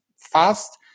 fast